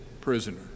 prisoner